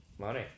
money